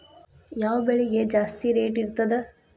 ಯಾವ ಬೆಳಿಗೆ ಜಾಸ್ತಿ ರೇಟ್ ಇರ್ತದ?